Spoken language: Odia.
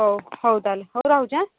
ହଉ ହଉ ତାହାଲେ ହଉ ରହୁଛି ଆଁ